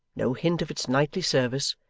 no hint of its nightly service,